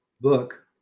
book